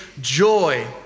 joy